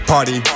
Party